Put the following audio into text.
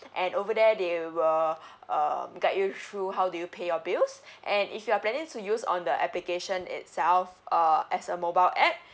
and over there they will um guide you through how do you pay your bills and if you are planning to use on the application itself uh as a mobile app